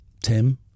Tim